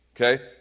Okay